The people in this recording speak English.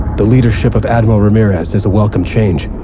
the leadership of admiral ramirez is a welcome change.